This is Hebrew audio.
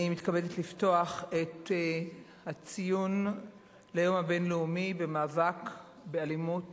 אני מתכוונת לפתוח את ציון היום הבין-לאומי למאבק באלימות